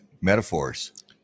metaphors